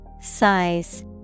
Size